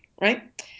right